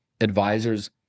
advisors